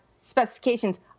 specifications